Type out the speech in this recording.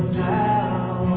now